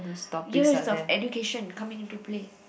years of the education coming into play